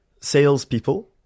salespeople